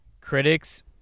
critics